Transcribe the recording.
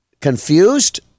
confused